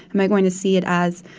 am i going to see it as,